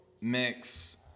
mix